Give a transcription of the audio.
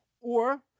Or-